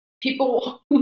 people